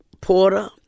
Porter